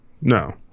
No